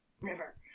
river